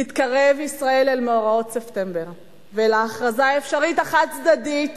תתקרב ישראל אל מאורעות ספטמבר ואל ההכרזה האפשרית החד-צדדית